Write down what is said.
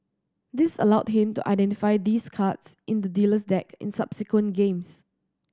this allowed him to identify these cards in the dealer's deck in subsequent games